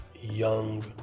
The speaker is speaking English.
young